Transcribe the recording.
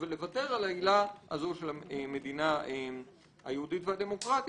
אבל לוותר על העילה הזו של המדינה היהודית והדמוקרטית,